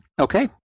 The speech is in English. Okay